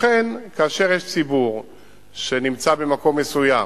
לכן, כאשר יש ציבור שנמצא במקום מסוים